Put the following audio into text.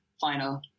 final